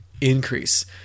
increase